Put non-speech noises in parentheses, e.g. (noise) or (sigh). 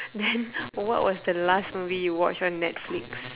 then (laughs) what was the last movie you watched on netflix